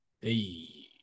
Hey